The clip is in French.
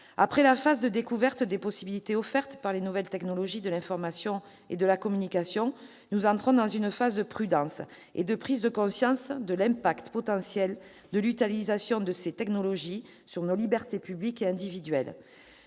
Après la phase de découverte des possibilités offertes par les nouvelles technologies de l'information et de la communication, nous entrons dans une phase de prudence et de prise de conscience de l'impact potentiel de l'utilisation de ces technologies sur nos libertés publiques et individuelles.